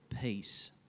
peace